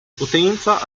potenza